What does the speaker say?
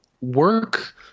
work